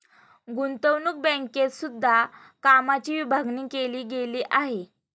गुतंवणूक बँकेत सुद्धा कामाची विभागणी केली गेली आहे